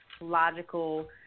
logical